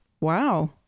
wow